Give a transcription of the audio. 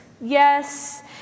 Yes